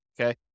okay